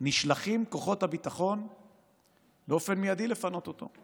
נשלחים כוחות הביטחון באופן מיידי לפנות אותו.